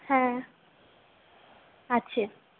হ্যাঁ আছে